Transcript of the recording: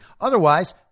Otherwise